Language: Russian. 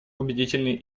убедительные